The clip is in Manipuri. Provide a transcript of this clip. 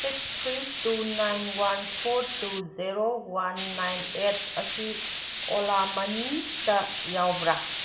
six three two nine one four two zero one nine eight ꯑꯁꯤ ꯑꯣꯂꯥ ꯃꯅꯤꯇ ꯌꯥꯎꯕ꯭ꯔꯥ